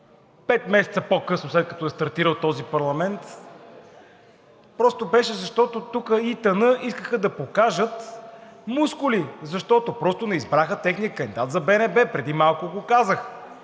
пет месеца по-късно, след като е стартирал този парламент, просто беше, защото тук ИТН искаха да покажат мускули, защото просто не избраха техния кандидат за БНБ. Преди малко го казах.